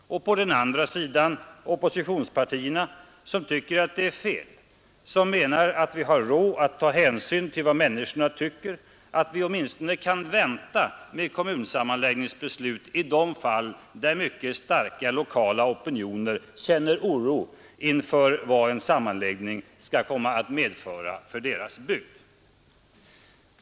På andra sidan finns oppositionspartierna som tycker att detta är fel, som menar att vi har råd att ta hänsyn till vad människorna tycker, att vi åtminstone kan vänta med kommunsammanläggningsbeslut i de fall där mycket starka lokala opinioner känner oro inför vad en sammanläggning skall komma att medföra för deras bygd.